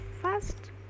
First